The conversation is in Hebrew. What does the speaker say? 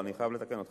אני חייב לתקן אותך.